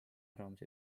arvamus